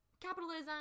capitalism